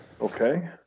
Okay